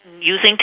Using